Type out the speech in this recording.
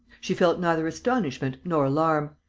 she felt neither astonishment nor alarm,